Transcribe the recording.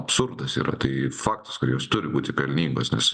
absurdas yra tai faktas kad jos turi būti pelningod nes